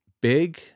big